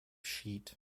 sheet